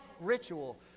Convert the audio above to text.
ritual